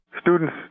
Students